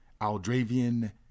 Aldravian